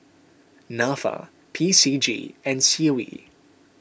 Nafa P C G and C O E